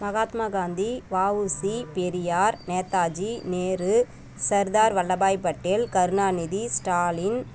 Mahatma Gandhi VOC Periyar Netaji Nehru Sardar Vallabhbhai Patel Karunanidhi Stalin